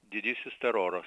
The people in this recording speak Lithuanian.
didysis teroras